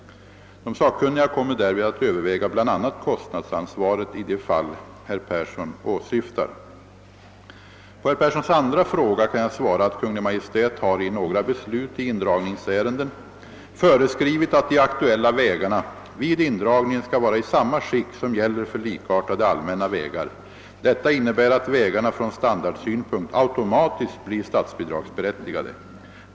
De sakkunniga kommer därvid att överväga bl.a. kostnadsansvaret i de fall herr Persson åsyftar. På herr Perssons andra fråga kan jag svara att Kungl. Maj:t har i några beslut i indragningsärenden föreskrivit, att de aktuella vägarna vid indragningen skall vara i samma skick som gäller för likartade allmänna vägar. Detta innebär att vägarna från standardsynpunkt automatiskt blir statsbidragsberättigade.